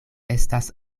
estas